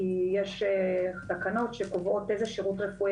כי יש תקנות שקובעות איזה שירות רפואי